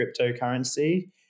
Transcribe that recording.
cryptocurrency